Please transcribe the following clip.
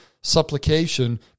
Supplication